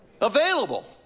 Available